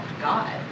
God